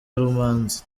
rumanzi